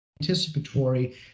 anticipatory